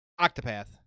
Octopath